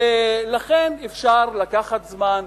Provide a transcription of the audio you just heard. ולכן אפשר לקחת זמן,